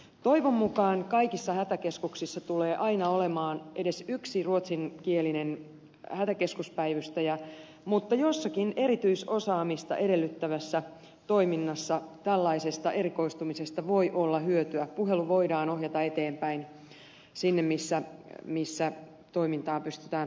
toivon mukaan kaikissa hätäkeskuksissa tulee aina olemaan edes yksi ruotsinkielinen hätäkeskuspäivystäjä mutta jossakin erityisosaamista edellyttävässä toiminnassa tällaisesta erikoistumisesta voi olla hyötyä puhelu voidaan ohjata eteenpäin sinne missä toimintaa pystytään parhaiten auttamaan